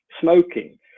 smoking